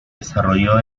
desarrolló